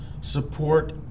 support